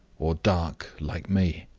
or dark, like me?